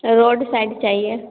road side चाहिए